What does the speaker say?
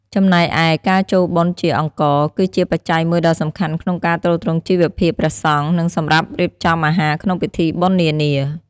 ចំណែកឯ ការចូលបុណ្យជាអង្ករ គឺជាបច្ច័យមួយដ៏សំខាន់ក្នុងការទ្រទ្រង់ជីវភាពព្រះសង្ឃ និងសម្រាប់រៀបចំអាហារក្នុងពិធីបុណ្យនានា។